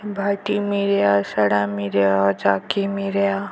भाटी मिऱ्या सडा मिऱ्या जाकी मिऱ्या